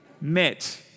met